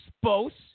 supposed